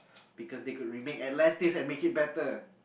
because they could remake Atlantis and make it better